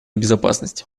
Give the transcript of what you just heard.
безопасность